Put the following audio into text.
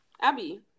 Abby